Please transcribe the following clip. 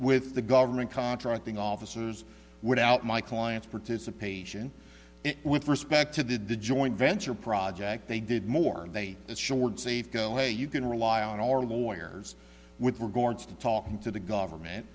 with the government contracting officers without my client's participation with respect to that the joint venture project they did more they assured safeco hey you can rely on our lawyers with regards to talking to the government